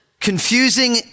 confusing